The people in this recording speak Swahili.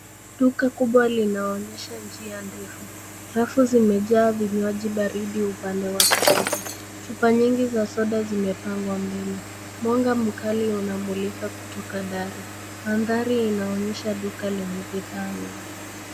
Duka kubwa linaonyesha njia ndefu. Rafu zimejaa vinywaji baridi upande wa kushoto. Chupa nyingi za soda zimepangwa mbele. Mwanga mkali unamulika kutoka dari. Mandhari inaonyesha duka lenye bidhaa nyingi.